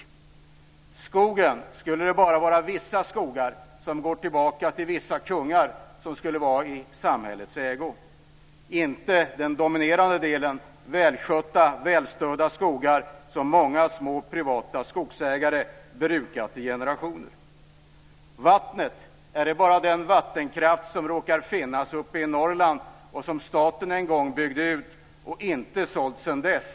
När det gäller skogen skulle det bara vara vissa skogar, som går tillbaka till vissa kungar, som skulle vara i samhällets ägo. Det är inte den dominerande delen välskötta skogar som många små privata skogsägare brukat i generationer. När det gäller vattnet är det bara den vattenkraft som råkar finnas uppe i Norrland och som staten en gång byggde ut och inte sålt sedan dess.